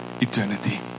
eternity